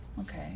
Okay